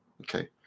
Okay